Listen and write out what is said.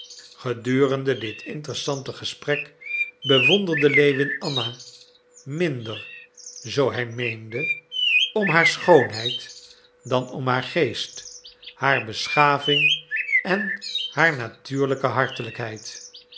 gedurende dit interessante gesprek bewonderde lewin anna minder zoo hij meende om haar schoonheid dan om haar geest haar beschaving en haar natuurlijke hartelijkheid